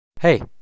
Hey